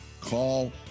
call